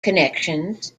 connections